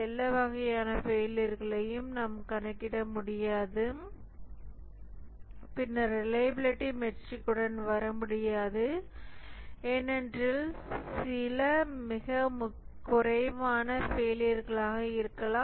எல்லா வகையான ஃபெயிலியர்களையும் நாம் கணக்கிட முடியாது பின்னர் ரிலையபிலிடி மெட்ரிக்குடன் வரமுடியாது ஏனென்றால் சில மிகக் குறைவான ஃபெயிலியர்களாக இருக்கலாம்